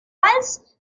rurals